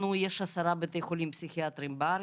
יש עשרה בתי חולים פסיכיאטריים בארץ,